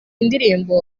ndirimbo